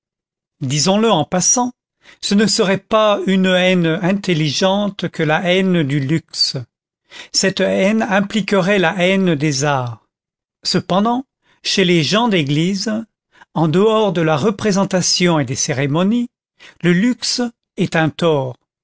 disons-le en passant ce ne serait pas une haine intelligente que la haine du luxe cette haine impliquerait la haine des arts cependant chez les gens d'église en dehors de la représentation et des cérémonies le luxe est un tort